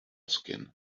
skin